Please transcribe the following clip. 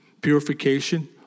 purification